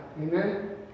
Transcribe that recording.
Amen